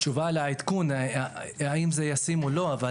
תשובה לעדכון אם זה ישים או לא.